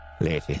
lady